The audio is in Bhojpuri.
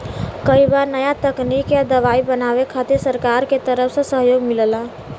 कई बार नया तकनीक या दवाई बनावे खातिर सरकार के तरफ से सहयोग मिलला